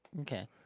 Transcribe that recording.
Okay